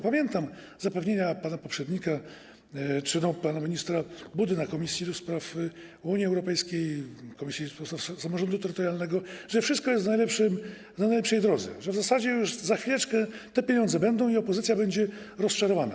Pamiętam zapewnienia pana poprzednika czy pana ministra Budy w Komisji do Spraw Unii Europejskiej, komisji samorządu terytorialnego, że wszystko jest na najlepszej drodze, że w zasadzie już za chwileczkę te pieniądze będą i opozycja będzie rozczarowana.